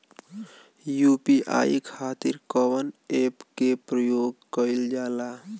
UPI खातीर कवन ऐपके प्रयोग कइलजाला?